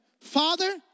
Father